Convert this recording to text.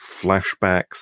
flashbacks